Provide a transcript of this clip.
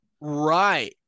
Right